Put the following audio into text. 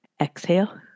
Exhale